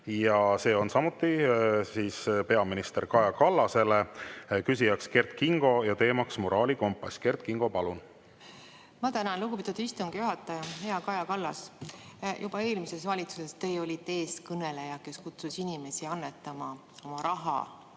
ja see on samuti peaminister Kaja Kallasele. Küsija on Kert Kingo, teema on moraalikompass. Kert Kingo, palun! Ma tänan, lugupeetud istungi juhataja! Hea Kaja Kallas! Juba eelmises valitsuses olite teie eestkõneleja, kes kutsus inimesi annetama oma raha